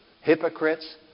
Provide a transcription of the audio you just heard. hypocrites